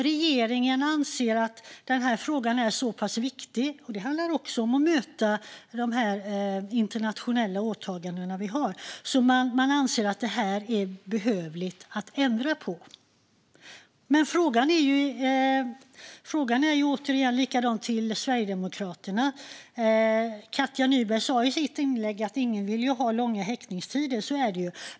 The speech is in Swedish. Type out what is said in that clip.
Regeringen anser att denna fråga är så pass viktig. Det handlar också om att uppfylla våra internationella åtaganden. Därför anser man att detta behöver ändras. Men frågan är densamma till Sverigedemokraterna. Katja Nyberg sa i sitt inlägg att ingen vill ha långa häktningstider. Så är det.